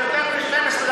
אתה יותר מ-12 דקות,